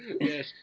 Yes